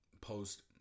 post